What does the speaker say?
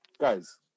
guys